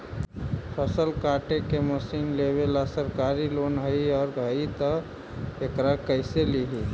फसल काटे के मशीन लेबेला सरकारी लोन हई और हई त एकरा कैसे लियै?